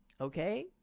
okay